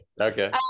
Okay